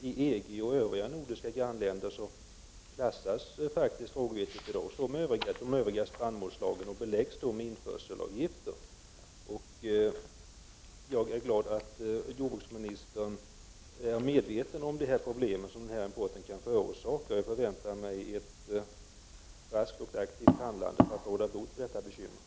I EG och övriga nordiska grannländer klassas rågvete i dag som övriga spannmålsslag och beläggs då med införselavgifter. Jag är glad över att jordbruksministern är medveten om de problem som denna import kan förorsaka. Jag förväntar mig ett raskt och aktivt handlande för att råda bot på detta bekymmer.